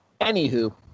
anywho